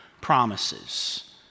promises